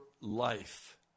life